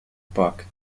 book